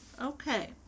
Okay